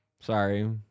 Sorry